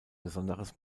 besonderes